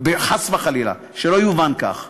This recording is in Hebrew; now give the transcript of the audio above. חס וחלילה, שלא יובן כך.